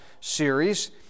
series